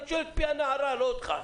אני שואל את פי הנערה, לא אותך.